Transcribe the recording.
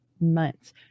months